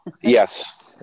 Yes